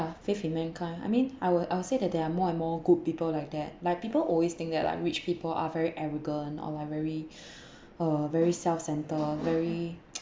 faith in mankind I mean I will I will say that there are more and more good people like that like people always think that like rich people are very arrogant or like very uh very self centre very